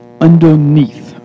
Underneath